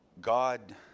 God